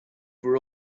were